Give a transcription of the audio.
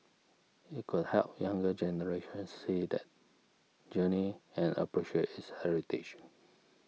it could help younger generations see that journey and appreciate its heritage